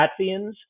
Latvians